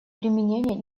применения